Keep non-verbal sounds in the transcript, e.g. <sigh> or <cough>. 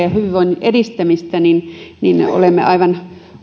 <unintelligible> ja hyvinvoinnin edistämistä olemme aivan